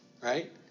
right